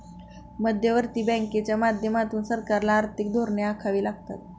मध्यवर्ती बँकांच्या माध्यमातून सरकारला आर्थिक धोरणे आखावी लागतात